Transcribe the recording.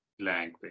language